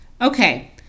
Okay